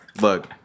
Look